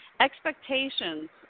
expectations